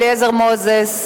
חבר הכנסת אליעזר מוזס.